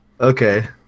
Okay